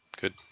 Good